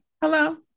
Hello